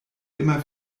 immer